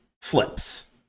slips